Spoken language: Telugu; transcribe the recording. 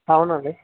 అవునండి